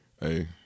Hey